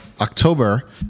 October